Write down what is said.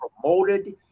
promoted